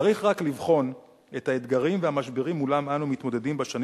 צריך רק לבחון את האתגרים והמשברים שמולם אנו מתמודדים בשנים